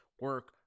Work